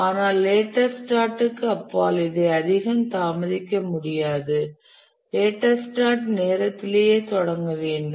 ஆனால் லேட்டஸ்ட் ஸ்டார்ட்க்கு அப்பால் இதை அதிகம் தாமதிக்க முடியாது லேட்டஸ்ட் ஸ்டார்ட் நேரத்திலேயே தொடங்க வேண்டும்